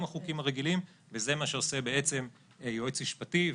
החוקים הרגילים וזה מה שעושה יועץ משפטי.